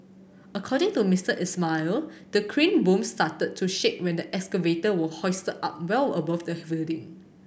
according to Mister Ismail the crane boom started to shake when the excavator was hoisted up well above the building